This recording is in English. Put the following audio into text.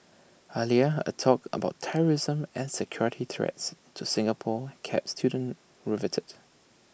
earlier A talk about terrorism and security threats to Singapore kept students riveted